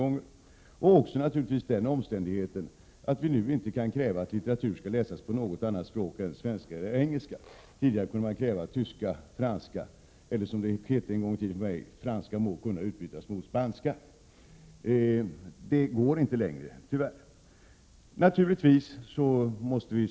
Men man måste också beakta den omständigheten att vi nu inte kan kräva att litteratur skall läsas på andra språk än svenska och engelska. Tidigare kunde man ju kräva att litteratur också skulle läsas på tyska och franska. Ja, det hette faktiskt en gång i tiden: Franska må kunna utbytas mot spanska. Men det går inte längre, tyvärr.